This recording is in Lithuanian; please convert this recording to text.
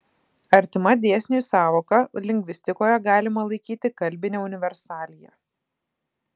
artima dėsniui sąvoka lingvistikoje galima laikyti kalbinę universaliją